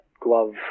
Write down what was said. glove